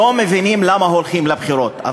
לא מבינים למה הולכים לבחירות.